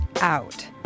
out